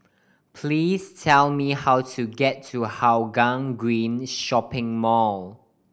please tell me how to get to Hougang Green Shopping Mall